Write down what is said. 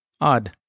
odd